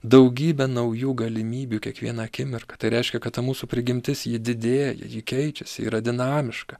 daugybę naujų galimybių kiekvieną akimirką tai reiškia kad ta mūsų prigimtis ji didėja ji keičiasi yra dinamiška